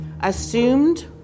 assumed